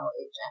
agent